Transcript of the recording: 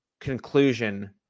conclusion